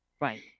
Right